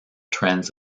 trends